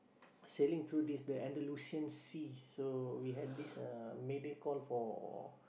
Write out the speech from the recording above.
sailing through this the Andalusian Sea so we had this uh mayday call for